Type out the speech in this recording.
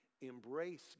embrace